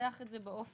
לנסח את זה באופן